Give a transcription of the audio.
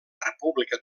república